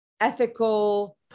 ethical